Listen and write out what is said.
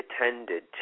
attended